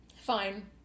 fine